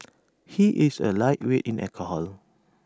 he is A lightweight in alcohol